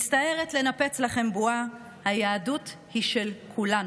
מצטערת לנפץ לכם בועה, היהדות היא של כולנו.